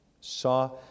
Saw